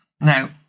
Now